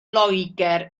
loegr